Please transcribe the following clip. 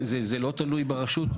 זה לא תלוי ברשות,